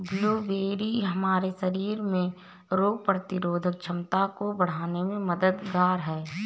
blueberry हमारे शरीर में रोग प्रतिरोधक क्षमता को बढ़ाने में मददगार है